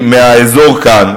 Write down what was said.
מהאזור כאן.